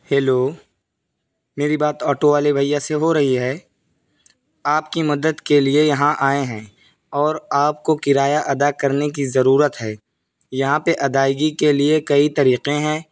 hello میری بات auto والے بھیا سے ہو رہی ہے آپ کی مدد کے لیے یہاں آئے ہیں اور آپ کو کرایہ ادا کرنے کی ضرورت ہے یہاں پہ ادائیگی کے لیے کئی طریقے ہیں